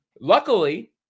Luckily